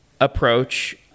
approach